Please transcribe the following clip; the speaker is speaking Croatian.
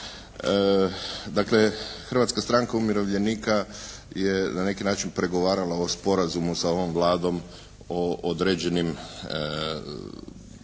Dakle Hrvatska stranka umirovljenika je na neki način pregovarala o sporazumu sa ovom Vladom o određenim radnjama,